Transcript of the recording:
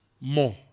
more